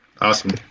Awesome